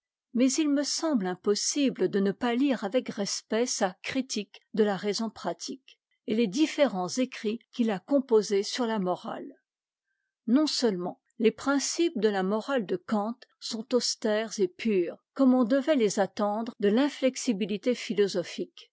mais il me semble impossible de ne pas lire avec respect sa cw çke cle la raison pratique et les différents écrits qu'il a composés sur la morale ncn seuiement les principes de la morale de kant sont austères et purs comme on devait les attendre de t'inflexibitité philosophique